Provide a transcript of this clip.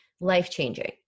life-changing